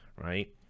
Right